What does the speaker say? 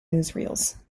newsreels